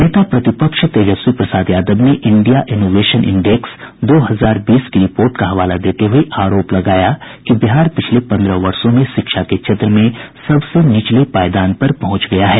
नेता प्रतिपक्ष तेजस्वी प्रसाद यादव ने इंडिया इनोवेशन इंडेक्स दो हजार बीस की रिपोर्ट का हवाला देते हुए आरोप लगाया कि बिहार पिछले पन्द्रह वर्षो में शिक्षा के क्षेत्र में सबसे निचले पायदान पर पहुंच गया है